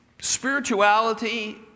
Spirituality